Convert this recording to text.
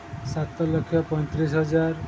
ସାତ ଲକ୍ଷ ପଇଁତିରିଶ ହଜାର